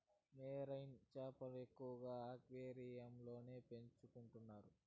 marine చేపలను ఎక్కువగా అక్వేరియంలలో పెంచుకుంటారు